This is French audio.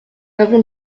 avons